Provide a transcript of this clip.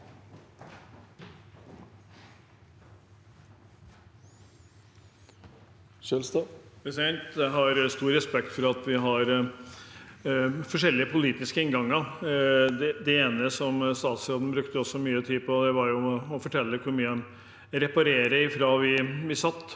Jeg har stor re- spekt for at vi har forskjellige politiske innganger. Det ene statsråden brukte mye tid på, var å fortelle hvor mye han reparerer fra vi satt